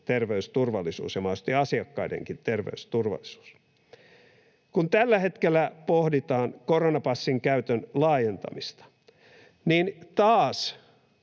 terveysturvallisuus ja mahdollisesti asiakkaidenkin terveysturvallisuus. Kun tällä hetkellä pohditaan koronapassin käytön laajentamista, niin taas